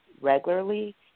regularly